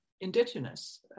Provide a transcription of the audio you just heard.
indigenous